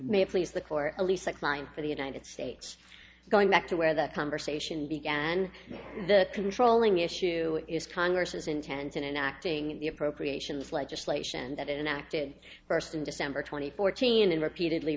it please the court at least like mine for the united states going back to where that conversation began the controlling issue is congress's intention enacting the appropriations legislation that is enacted first in december twenty fourth seen in repeatedly